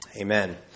Amen